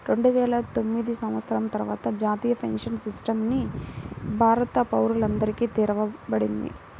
రెండువేల తొమ్మిది సంవత్సరం తర్వాత జాతీయ పెన్షన్ సిస్టమ్ ని భారత పౌరులందరికీ తెరవబడింది